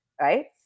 right